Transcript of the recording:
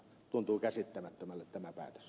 tuntuu käsittämättömälle tämä päätös